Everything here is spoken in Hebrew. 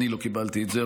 אני לא קיבלתי את זה,